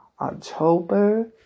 October